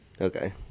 Okay